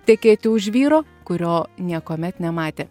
tekėti už vyro kurio niekuomet nematė